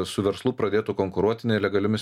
su verslu pradėtų konkuruoti nelegaliomis